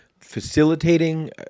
facilitating